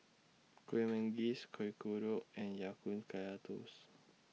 Kueh Manggis Kuih Kodok and Ya Kun Kaya Toast